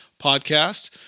podcast